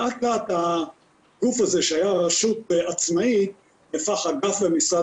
לאט לאט הגוף הזה שהיה רשות עצמאית הפך אגף במשרד